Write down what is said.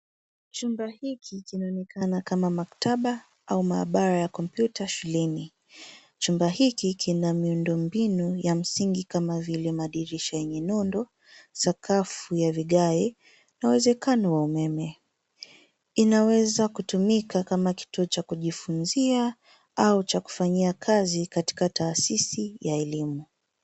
Chumba hiki kinaonekana kama maktaba au maabara ya kompyuta shuleni. Chumba hiki kina miundo mbinu ya msingi kama vile madirisha yenye nundu, sakafu ya vigae na uwezekano wa umeme. Inaweza kutumika kama kituo cha kujifunzia au cha kufanyia kazi katika taasisi ya elimu.